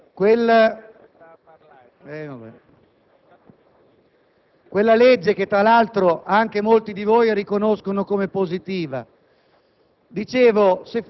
quella legge Biagi che, tra l'altro, anche molti di voi riconoscono come positiva)